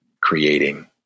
creating